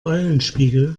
eulenspiegel